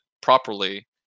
properly